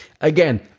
Again